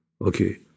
Okay